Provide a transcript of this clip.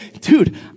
dude